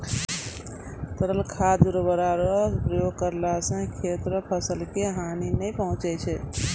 तरल खाद उर्वरक रो प्रयोग करला से खेत रो फसल के हानी नै पहुँचय छै